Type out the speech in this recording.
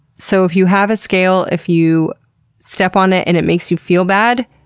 so, if you have a scale, if you step on it and it makes you feel bad,